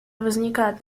возникают